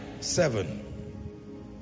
Seven